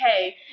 okay